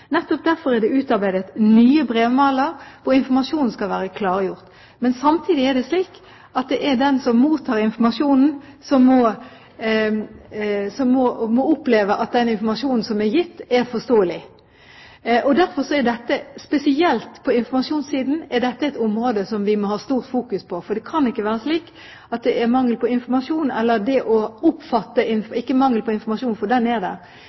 Nettopp derfor er det utarbeidet nye brevmaler hvor informasjonen skal være klargjort. Men samtidig må den som mottar informasjonen, oppleve at den informasjonen som er gitt, er forståelig. Derfor er dette, spesielt informasjonssiden, et område vi må fokusere mye på. Hvorvidt man oppfatter informasjonen – det er altså ikke mangel på informasjon, den er der – skal ikke være avgjørende for om man får behandling før fristen for behandling går ut. Dette vil vi altså fokusere sterkt på. Det